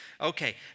Okay